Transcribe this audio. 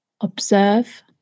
Observe